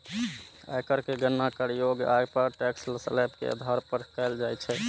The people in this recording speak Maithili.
आयकर के गणना करयोग्य आय पर टैक्स स्लेब के आधार पर कैल जाइ छै